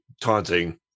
taunting